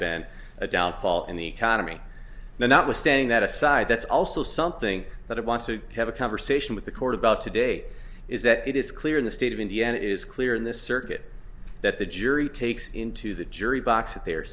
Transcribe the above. been a downfall in the economy notwithstanding that aside that's also something that i want to have a conversation with the court about today is that it is clear in the state of indiana it is clear in this circuit that the jury takes into the jury box at their